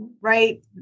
Right